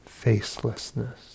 facelessness